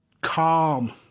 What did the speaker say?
calm